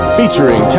featuring